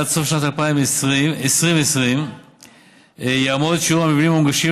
עד סוף שנת 2020 שיעור המבנים המונגשים